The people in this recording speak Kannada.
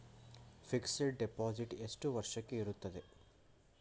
ಫಿಕ್ಸೆಡ್ ಡೆಪೋಸಿಟ್ ಎಷ್ಟು ವರ್ಷಕ್ಕೆ ಇರುತ್ತದೆ?